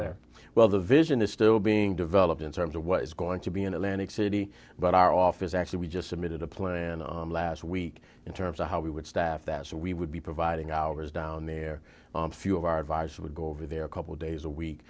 there well the vision is still being developed in terms of what it's going to be in atlantic city but our office actually we just submitted a plan last week in terms of how we would staff that so we would be providing ours down there few of our advisors would go over there a couple days a week